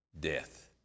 death